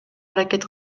аракет